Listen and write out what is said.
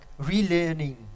relearning